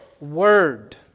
word